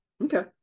okay